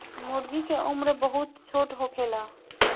मूर्गी के उम्र बहुत छोट होखेला